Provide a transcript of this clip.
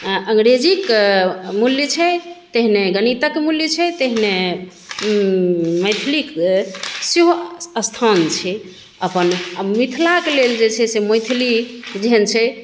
अंग्रेजीके मूल्य छै तेहने गणितके मूल्य छै तेहने मैथिलीके सेहो स्थान छै अपन आ मिथिलाके लेल जे छै से मैथिली जेहन छै